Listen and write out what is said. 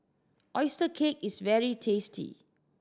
oyster cake is very tasty